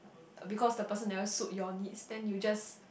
because the person never suit you needs then you just